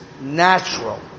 natural